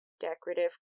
decorative